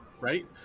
Right